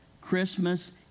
Christmas